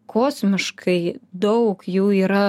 kosmiškai daug jų yra